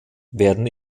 werden